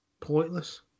Pointless